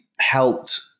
helped